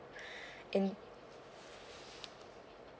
in